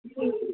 जी जी